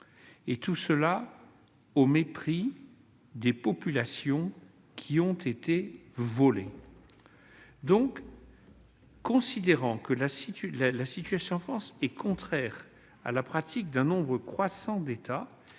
et ce au mépris des populations qui ont été volées. Nous considérons que la situation en France est contraire à la pratique d'un nombre croissant d'États,